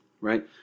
Right